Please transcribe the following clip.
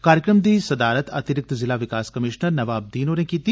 कार्यक्रम दी सदारत अतिरिक्त जिला विकास कमीश्नर नवाब दीन होरें कीती